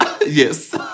yes